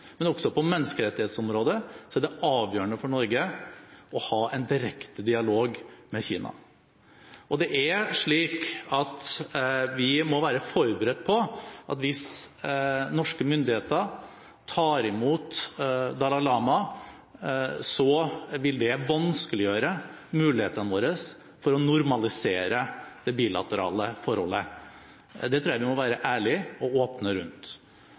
men også på menneskerettighetsområdet – er det avgjørende for Norge å ha en direkte dialog med Kina. Vi må være forberedt på at hvis norske myndigheter tar imot Dalai Lama, så vil det vanskeliggjøre mulighetene våre for å normalisere det bilaterale forholdet, og det tror jeg vi må være ærlige og åpne